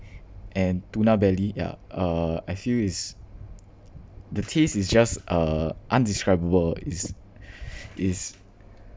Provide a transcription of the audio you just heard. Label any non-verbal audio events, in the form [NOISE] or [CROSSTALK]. and tuna belly yeah uh I feel it's the taste is just uh undescribable it's [BREATH] it's